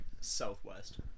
Southwest